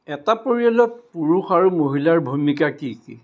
এটা পৰিয়ালত পুৰুষ আৰু মহিলাৰ ভূমিকা কি কি